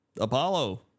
Apollo